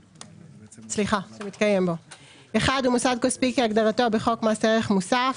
הוא מוסד כספי כהגדרתו בחוק מס ערך מוסף,